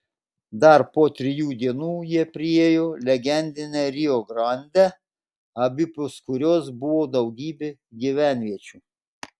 dar po trijų dienų jie priėjo legendinę rio grandę abipus kurios buvo daugybė gyvenviečių